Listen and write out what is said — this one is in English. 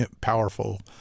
powerful